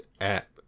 app